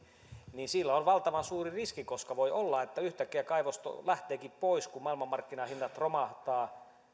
niin sillä on valtavan suuri riski koska voi olla että yhtäkkiä kaivos lähteekin pois kun maailmanmarkkinahinnat romahtavat